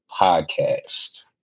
podcast